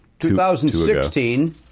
2016